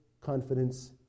confidence